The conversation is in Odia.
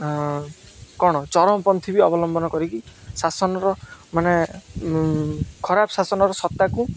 କଣ ଚରମ ପନ୍ଥୀ ବି ଅବଲମ୍ବନ କରିକି ଶାସନର ମାନେ ଖରାପ ଶାସନର ସତ୍ତାକୁ